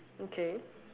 okay